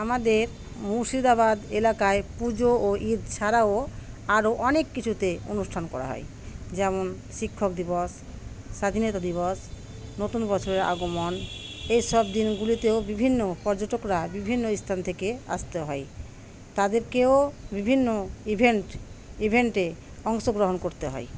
আমাদের মুর্শিদাবাদ এলাকায় পুজো ও ঈদ ছাড়াও আরও অনেক কিছুতে অনুষ্ঠান করা হয় যেমন শিক্ষক দিবস স্বাধীনতা দিবস নতুন বছরের আগমন এইসব দিনগুলিতেও বিভিন্ন পর্যটকরা বিভিন্ন স্থান থেকে আসতে হয় তাদেরকেও বিভিন্ন ইভেন্ট ইভেন্টে অংশগ্রহণ করতে হয়